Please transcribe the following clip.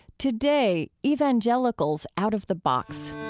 today, evangelicals out of the box.